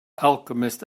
alchemist